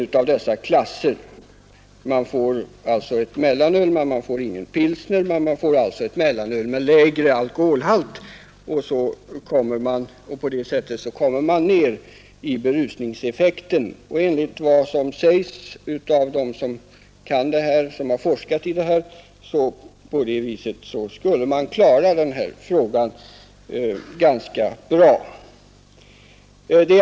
På det viset tar man bort pilsnern och får ett mellanöl med lägre alkoholhalt. På det sättet kommer man ned i fråga om berusningseffekten. Enligt vad som sägs av dem som har forskat i det här, skulle man på det viset klara problemet ganska bra.